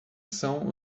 são